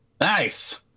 Nice